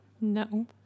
No